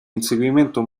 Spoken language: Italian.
inseguimento